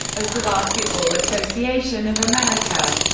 as the basketball association of america.